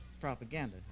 propaganda